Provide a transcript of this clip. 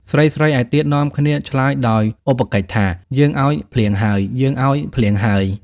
ស្រីៗឯទៀតនាំគ្នាឆ្លើយដោយឧបកិច្ចថា យើងឲ្យភ្លៀងហើយ! យើងឲ្យភ្លៀងហើយ ! ។